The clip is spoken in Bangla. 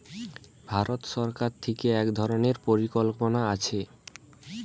ভারত সরকার থিকে এক ধরণের পরিকল্পনা আছে